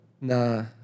Nah